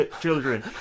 children